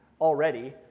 already